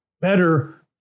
better